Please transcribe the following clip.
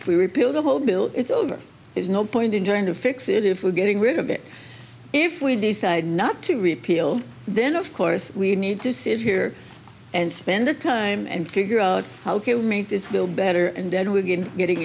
we repeal the whole bill it's over there's no point in trying to fix it if we're getting rid of it if we decide not to repeal then of course we need to sit here and spend the time and figure out how can we make this bill better and then we get into getting